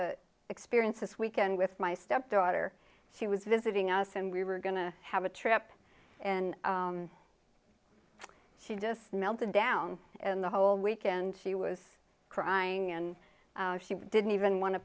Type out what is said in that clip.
to experience this weekend with my step daughter she was visiting us and we were going to have a trip and she just melted down and the whole weekend she was crying and she didn't even want to